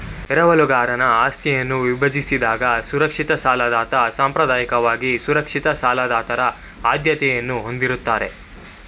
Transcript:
ಎರವಲುಗಾರನ ಆಸ್ತಿಯನ್ನ ವಿಭಜಿಸಿದಾಗ ಸುರಕ್ಷಿತ ಸಾಲದಾತ ಸಾಂಪ್ರದಾಯಿಕವಾಗಿ ಅಸುರಕ್ಷಿತ ಸಾಲದಾತರ ಆದ್ಯತೆಯನ್ನ ಹೊಂದಿರುತ್ತಾರೆ